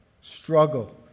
struggle